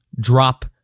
drop